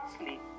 sleep